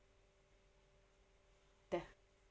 the